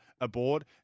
aboard